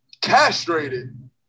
castrated